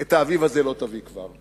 את האביב הזה לא תביא כבר.